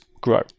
grow